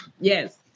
Yes